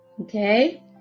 Okay